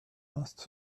must